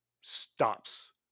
stops